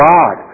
God